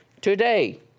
today